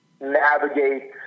navigate